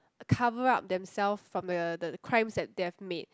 cover up themself from the the crimes that they have made